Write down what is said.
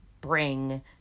bring